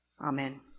Amen